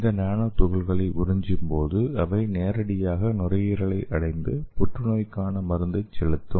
இந்த நானோ துகள்களை உறிஞ்சும்போது அவை நேரடியாக நுரையீரலை அடைந்து புற்றுநோய்க்கான மருந்தை செலுத்தும்